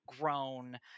grown